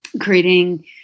creating